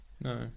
No